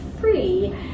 free